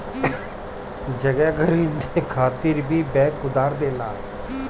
जगह खरीदे खातिर भी बैंक उधार देला